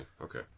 okay